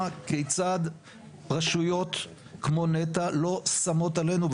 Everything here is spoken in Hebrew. כיצד רשויות כמו נת"ע לא שמות עלינו,